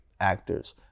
actors